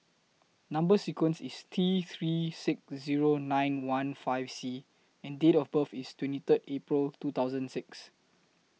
Number sequence IS T three six Zero nine one five C and Date of birth IS twenty three April two thousand six